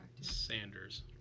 Sanders